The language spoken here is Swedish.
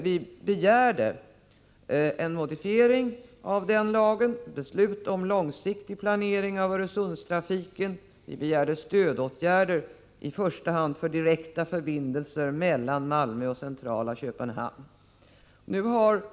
Vi begärde en modifiering av beslut om långsiktig planering av Öresundstrafiken och stödåtgärder i första hand för direkta förbindelser mellan Malmö och centrala Köpenhamn.